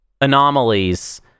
anomalies